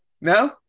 No